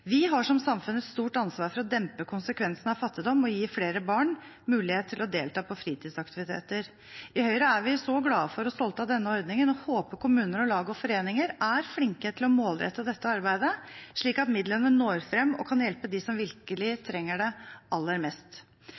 Vi har som samfunn et stort ansvar for å dempe konsekvensene av fattigdom og gi flere barn mulighet til å delta på fritidsaktiviteter. I Høyre er vi så glade for og stolte av denne ordningen og håper kommuner, lag og foreninger er flinke til å målrette dette arbeidet, slik at midlene når frem og kan hjelpe dem som virkelig trenger det aller mest.